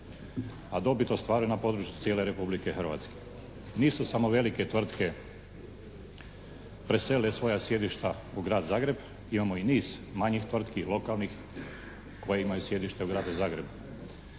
a dobit ostvarena na području cijele Republike Hrvatske. Nisu samo velike tvrtke preselile svoja sjedišta u Grad Zagreb, imamo i niz manjih tvrtki, lokalnih koje imaju sjedište u Gradu Zagreba.